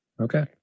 Okay